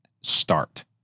start